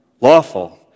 lawful